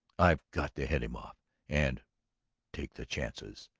i've got to head him off and take the chances.